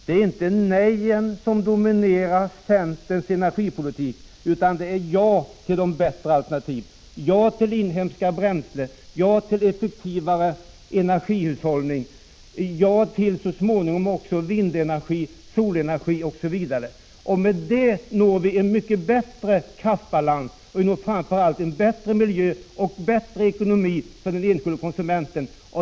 Det är inte nej-en som dominerar centerns energipolitik, utan vi säger ja till de bättre alternativen, ja till inhemska bränslen, ja till en effektivare energihushållning, ja så småningom också till vindenergi, solenergi, osv. Så når vi en mycket bättre kraftbalans, framför allt en bättre miljö, bättre ekonomi för den enskilde konsumenten.